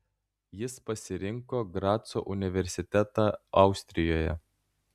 jis pasirinko graco universitetą austrijoje